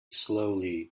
slowly